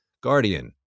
Guardian